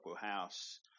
house